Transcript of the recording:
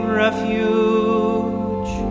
refuge